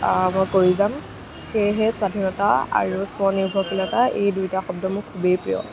মই কৰি যাম সেয়েহে স্বাধীনতা আৰু স্বনিৰ্ভৰশীলতা এই দুয়োটা শব্দ মোৰ খুবেই প্ৰিয়